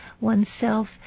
oneself